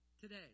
today